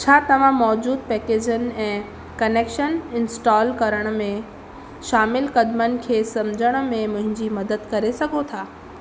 छा तव्हां मौजूदु पेकेजनि ऐं कनेक्शन इंस्टॉल करण में शामिलु क़दिमनि खे समुझण में मुंहिंजी मदद करे सघो था